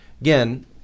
Again